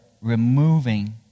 removing